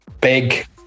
big